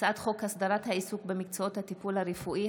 הצעת חוק הסדרת העיסוק במקצועות הטיפול הרפואי,